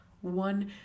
one